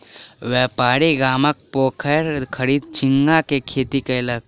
व्यापारी गामक पोखैर खरीद झींगा के खेती कयलक